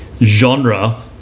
genre